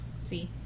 see